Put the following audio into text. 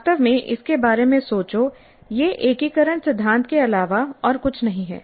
वास्तव में इसके बारे में सोचो यह एकीकरण सिद्धांत के अलावा और कुछ नहीं है